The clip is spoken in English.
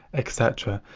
etc.